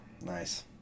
nice